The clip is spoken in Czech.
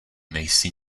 nejsi